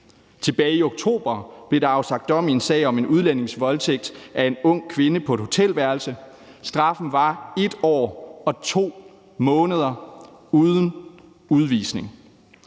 Tilbage i oktober blev der afsagt dom i en sag om en udlændings voldtægt af en ung kvinde på et hotelværelse. Straffen var 1 år og 2 måneders fængsel uden udvisning.